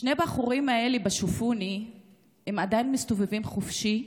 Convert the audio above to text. שני הבחורים האלה עדיין מסתובבים חופשי,